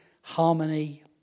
harmony